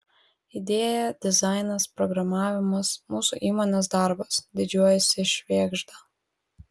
idėja dizainas programavimas mūsų įmonės darbas didžiuojasi švėgžda